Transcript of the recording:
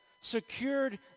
secured